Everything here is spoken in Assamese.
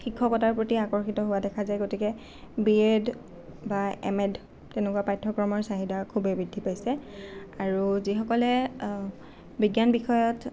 শিক্ষকতাৰ প্ৰতি আকৰ্ষিত হোৱা দেখা যায় গতিকে বি এড বা এম এড তেনেকুৱা পাঠ্যক্ৰমৰ চাহিদা খুবেই বৃদ্ধি পাইছে আৰু যিসকলে বিজ্ঞান বিষয়ত